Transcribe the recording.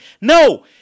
No